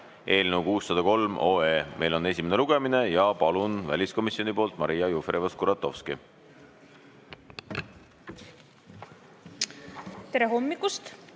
eelnõu 603. Meil on esimene lugemine. Palun väliskomisjoni nimel Maria Jufereva-Skuratovski. Tere hommikust,